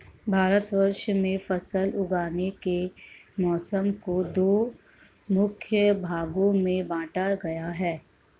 भारतवर्ष में फसल उगाने के मौसम को दो मुख्य भागों में बांटा गया है